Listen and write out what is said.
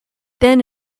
then